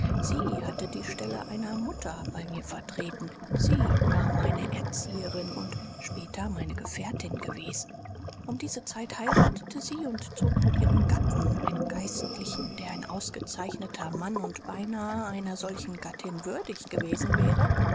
sie hatte die stelle einer mutter bei mir vertreten sie war meine erzieherin und später meine gefährtin gewesen um diese zeit heiratete sie und zog mit ihrem gatten einem geistlichen der ein ausgezeichneter mann und beinahe einer solchen gattin würdig gewesen wäre